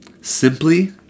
Simply